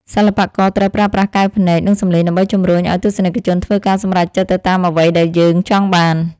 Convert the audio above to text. សិល្បករត្រូវប្រើប្រាស់កែវភ្នែក និង សម្លេងដើម្បីជម្រុញឱ្យទស្សនិកជនធ្វើការសម្រេចចិត្តទៅតាមអ្វីដែលយើងចង់បាន។